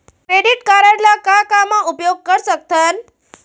Credit card ला का का मा उपयोग कर सकथन?